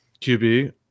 QB